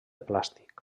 plàstic